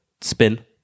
spin